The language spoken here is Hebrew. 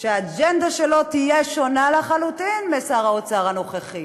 שהאג'נדה שלו תהיה שונה לחלוטין מזו של שר האוצר הנוכחי.